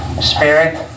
Spirit